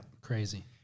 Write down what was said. Crazy